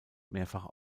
mehrfach